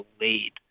lead